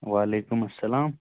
وعلیکُم اسلام